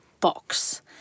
box